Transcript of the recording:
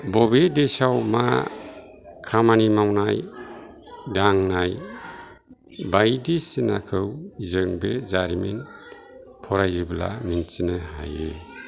बबे देसआव मा खामानि मावनाय दांनाय बायदिसिनाखौ जों बे जारिमिन फरायोब्ला मिन्थिनो हायो